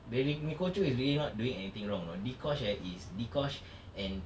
the ni~ nicole choo is really not doing anything wrong you know dee kosh eh is dee kosh and